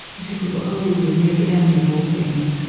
as if we were old and near the end of all things.